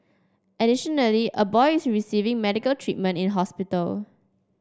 additionally a boy is receiving medical treatment in hospital